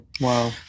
Wow